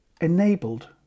enabled